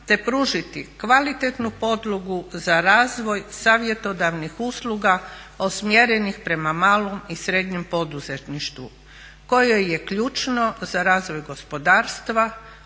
te pružiti kvalitetnu podlogu za razvoj savjetodavnih usluga usmjerenih prema malom i srednjem poduzetništvu koje je ključno za razvoj gospodarstva,